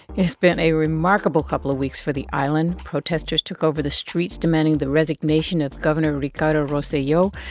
it's been a remarkable couple of weeks for the island. protesters took over the streets, demanding the resignation of governor ricardo rossello.